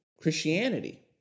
Christianity